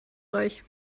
reich